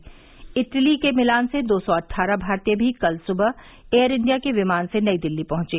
उधर इटली के मिलान से दो सौ अट्ठारह भारतीय भी कल सुबह एयर इंडिया के विमान से नई दिल्ली पहुंचे